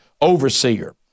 overseer